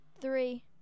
three